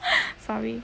sorry